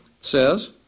says